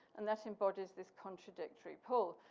and that embodies this contradictory pole.